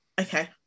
okay